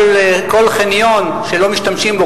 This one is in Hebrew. כל חניון שלא משתמשים בו,